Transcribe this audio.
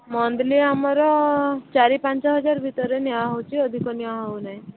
ଆମର ଚାରି ପାଞ୍ଚ ହଜାର ଭିତରେ ନିଆ ହେଉଛି ଅଧିକା ନିଆ ହଉ ନାହିଁ